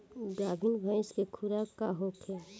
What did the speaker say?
गाभिन भैंस के खुराक का होखे?